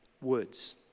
Words